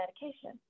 medication